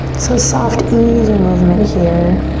so soft easy movement here.